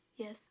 Yes